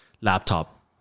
laptop